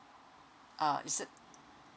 uh is it